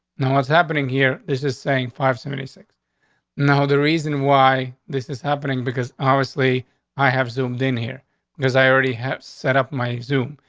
now, what's happening here? this is saying five seventy six now, the reason why this is happening, because obviously i have zoomed in here because i already have set up my resume.